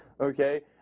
okay